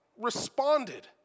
responded